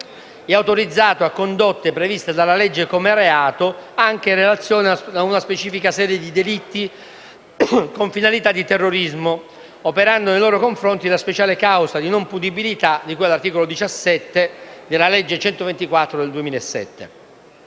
è autorizzato a condotte previste dalla legge come reato, anche in relazione a una specifica serie di delitti con finalità di terrorismo, operando nei loro confronti la speciale causa di non punibilità di cui all'articolo 17 della legge 3 agosto 2007,